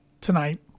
tonight